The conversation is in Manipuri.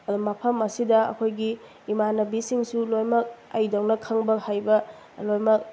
ꯑꯗꯣ ꯃꯐꯝ ꯑꯁꯤꯗ ꯑꯩꯈꯣꯏꯒꯤ ꯏꯃꯥꯟꯅꯕꯁꯤꯡꯁꯨ ꯂꯣꯏꯅꯃꯛ ꯑꯩꯗꯧꯅ ꯈꯪꯕ ꯍꯩꯕ ꯂꯣꯏꯅꯃꯛ